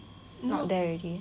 not there already